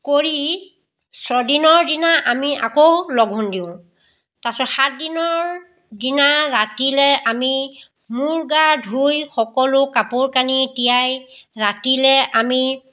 কৰি ছদিনৰ দিনা আমি আকৌ লঘোণ দিওঁ তাৰপিছত সাতদিনৰ দিনা ৰাতিলৈ আমি মূৰ গা ধুই সকলো কাপোৰ কানি তিয়াই ৰাতিলৈ আমি